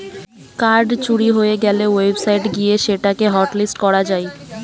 card চুরি হয়ে গ্যালে ওয়েবসাইট গিয়ে সেটা কে হটলিস্ট করা যায়